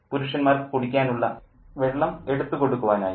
പുരുഷന്മാർക്ക് കുടിക്കാനുള്ള വെള്ളം എടുത്തു കൊടുക്കുവാനായി